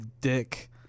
dick